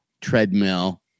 treadmill